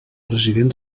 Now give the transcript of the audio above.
president